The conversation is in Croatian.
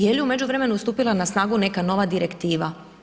Jeli u međuvremenu stupila na snagu neka nova direktiva?